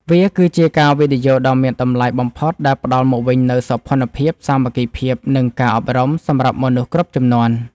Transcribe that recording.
វាគឺជាការវិនិយោគដ៏មានតម្លៃបំផុតដែលផ្ដល់មកវិញនូវ សោភ័ណភាព សាមគ្គីភាព និងការអប់រំ សម្រាប់មនុស្សគ្រប់ជំនាន់។